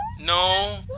No